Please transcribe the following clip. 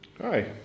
Hi